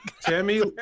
Tammy